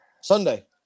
Sunday